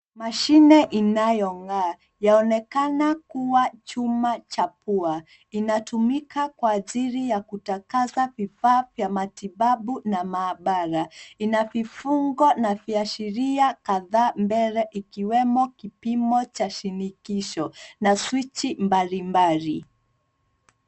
Mashine inayong'aa yaonekana kuwa chuma cha pua. Inatumika kwa ajili ya kutakasa vifaa vya matibabu na maabara. Ina vifungo na viashiria kadhaa mbele ikiwemo kipimo cha shinikizo na swichi mbalimabli.